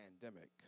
pandemic